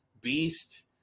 Beast